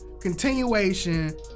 continuation